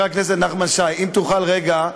אם תוכל רגע,